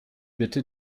bitte